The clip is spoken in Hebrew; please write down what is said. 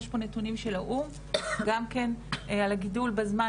יש פה נתונים של האו"ם גם כן על הגידול בזמן